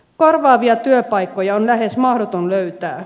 korvaavia työpaikkoja on lähes mahdoton löytää